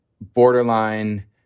borderline